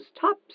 top